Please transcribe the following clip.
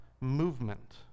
movement